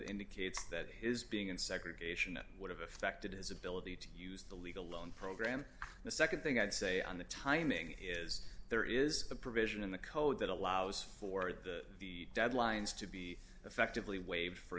indicates that is being in segregation that would have affected his ability to use the legal loan program the nd thing i'd say on the timing is there is a provision in the code that allows for the the deadlines to be effectively waived for a